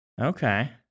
Okay